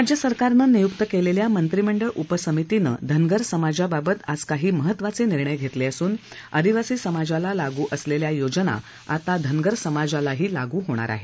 राज्यसरकारनं नियुक्त केलेल्या मंत्रीमंडळ उपसमितीनं धनगर समाजाबाबत आज काही महत्वाचे निर्णय घेतले असून आदिवासी समाजाला लागू असलेल्या योजना आता धनगर समाजालाही लागू होणार आहे